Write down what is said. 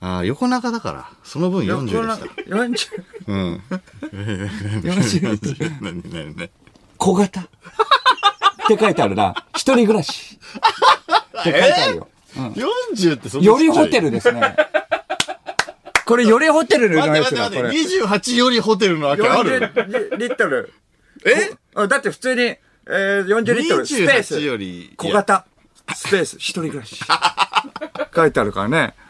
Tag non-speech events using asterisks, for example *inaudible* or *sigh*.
ああ、横長だから、その分40でした。横長。40。うん。 *laughs* *laughs* 40。何何何？「小型」って書いてあるな。「一人暮らし」って書いてあるよ。えー？うん。40ってそんなちっちゃい？よりホテルですね。これよりホテルの待って待って待って。やつだ、これ。28よりホテルのわけある？40リ- リ- リットル。え？うん、だって普通に、えー、40リットル。スペース。28より、いや。小型。スペース。一人暮らし。 *laughs* 書いてあるからね。